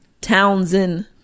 Townsend